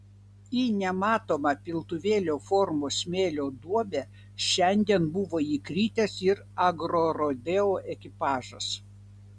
į nematomą piltuvėlio formos smėlio duobę šiandien buvo įkritęs ir agrorodeo ekipažas